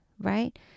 Right